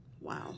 Wow